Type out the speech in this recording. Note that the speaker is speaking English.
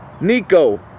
Nico